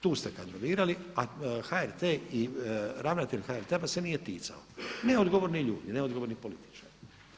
Tu ste kadrovirali, a HRT i ravnatelj HRT-a vas se nije ticao, neodgovorni ljudi, neodgovorni političari.